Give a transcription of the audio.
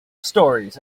stories